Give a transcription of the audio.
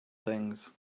things